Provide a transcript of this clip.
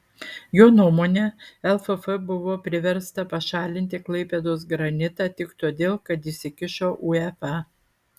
jo nuomone lff buvo priversta pašalinti klaipėdos granitą tik todėl kad įsikišo uefa